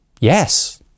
Yes